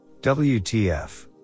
WTF